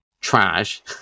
trash